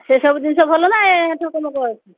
ସେସବୁ ଜିନିଷ ଭଲ ନା ଏ ସବୁ